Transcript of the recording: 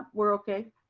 ah we're okay.